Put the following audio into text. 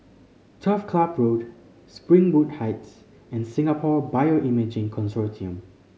Turf Club Road Springwood Heights and Singapore Bioimaging Consortium